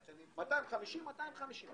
אם ב-250, ב-250.